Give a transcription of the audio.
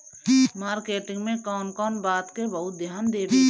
Marketing मे कौन कौन बात के बहुत ध्यान देवे के बा?